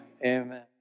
Amen